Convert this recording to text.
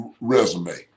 resume